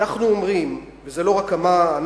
אנחנו אומרים, וזה לא רק אנחנו,